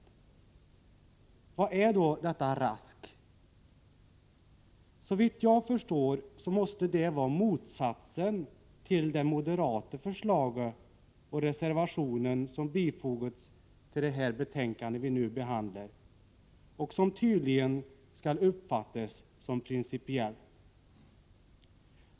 Vad är då detta rask? Såvitt jag förstår måste det vara motsatsen till det moderata förslaget och reservationen som bifogats det betänkande vi nu behandlar. Tydligen skall förslaget uppfattas som principiellt.